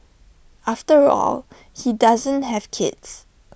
after all he doesn't have kids